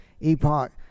Epoch